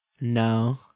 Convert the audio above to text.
no